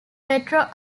retro